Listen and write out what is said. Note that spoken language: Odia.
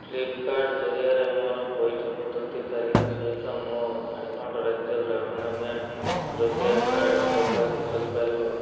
ଫ୍ଲିପ୍କାର୍ଟ୍ ଜରିଆରେ ମୋର ପଇଠ ପଦ୍ଧତି ତାଲିକା ସହିତ ମୋ ଝାଡ଼ଖଣ୍ଡ ରାଜ୍ୟ ଗ୍ରାମୀଣ ବ୍ୟାଙ୍କ୍ ରୂପୈ କାର୍ଡ଼୍ ଯୋଗ କରିପାରିବ